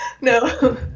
No